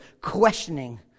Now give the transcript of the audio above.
questioning